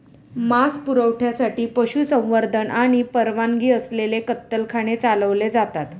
मांस पुरवठ्यासाठी पशुसंवर्धन आणि परवानगी असलेले कत्तलखाने चालवले जातात